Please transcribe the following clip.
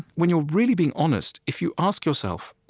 when you're really being honest, if you ask yourself,